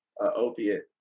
opiate